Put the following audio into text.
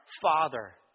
father